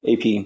AP